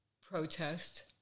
protest